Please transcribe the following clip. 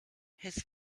his